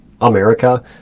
America